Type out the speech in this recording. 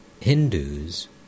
Hindus